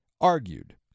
argued